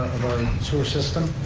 sewer system,